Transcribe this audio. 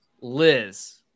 Liz